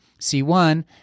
C1